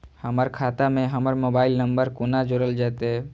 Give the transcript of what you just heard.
हमर खाता मे हमर मोबाइल नम्बर कोना जोरल जेतै?